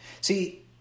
See